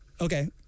Okay